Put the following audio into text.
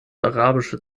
arabische